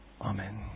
Amen